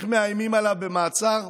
איך מאיימים עליו במעצר,